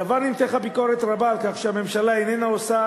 בעבר נמתחה ביקורת רבה על כך שהממשלה איננה עושה